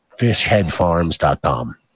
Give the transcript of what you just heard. fishheadfarms.com